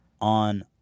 on